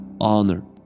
honor